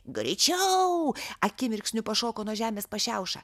greičiau akimirksniu pašoko nuo žemės pašiauša